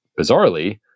bizarrely